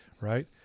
Right